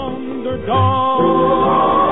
Underdog